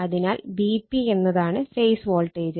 അതിനാൽ Vp എന്നതാണ് phase voltage